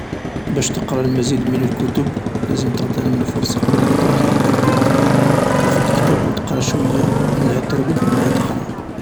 باش تقرا المزيد من الكتب لازم نغتنم الفرصة قبل ما تروح ترقد ترفد كتاب و تقرا شوية منها ترقد منها تقرا.